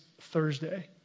Thursday